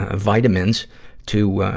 ah vitamins to,